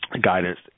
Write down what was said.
guidance